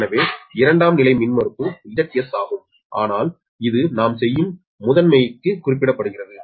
எனவே இரண்டாம் நிலை மின்மறுப்பு Zs ஆகும் ஆனால் இது நாம் செய்யும் முதன்மைக்கு குறிப்பிடப்படுகிறது